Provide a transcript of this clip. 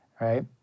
right